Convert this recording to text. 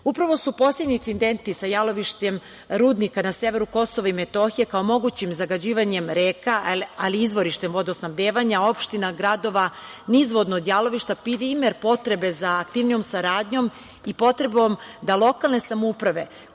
su poslednji incidenti sa jalovištem rudnika na severu Kosova i Metohije kao mogućim zagađivanjem reka ali izvorištem vodosnabdevanja, opština, gradova, nizvodno od jalovišta primer potrebe za aktivnijom saradnjom i potrebom da lokalne samouprave, koje